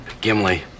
Gimli